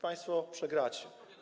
Państwo przegracie.